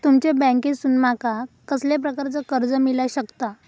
तुमच्या बँकेसून माका कसल्या प्रकारचा कर्ज मिला शकता?